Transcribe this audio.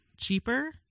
cheaper